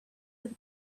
with